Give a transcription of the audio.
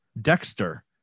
Dexter